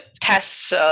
tests